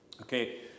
Okay